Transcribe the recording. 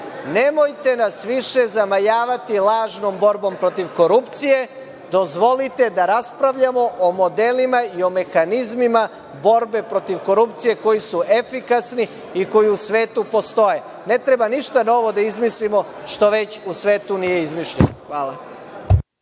štetu. Nemojte nas više zamajavati lažnom borbom protiv korupcije. Dozvolite da raspravljamo o modelima i o mehanizmima borbe protiv korupcije koji su efikasni i koji u svetu postoje. Ne treba ništa novo da izmislimo što već u svetu nije izmišljeno. Hvala.